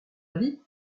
avis